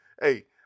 Hey